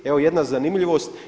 Evo jedna zanimljivost.